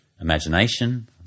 imagination